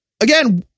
Again